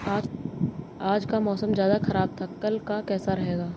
आज का मौसम ज्यादा ख़राब था कल का कैसा रहेगा?